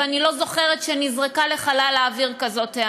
ואני לא זוכרת שנזרקה לחלל האוויר הערה כזאת.